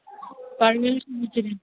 paneer भुजरी